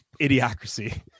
idiocracy